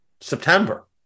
September